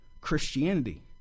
Christianity